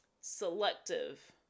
selective